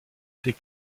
des